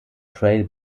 trail